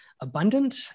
abundant